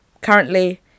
currently